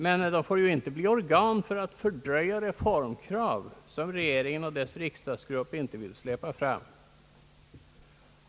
Men utredningarna får inte bli organ för att fördröja reformkrav som regeringen och dess riksdagsgrupp inte vill släppa fram.